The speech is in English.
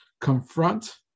confront